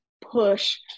push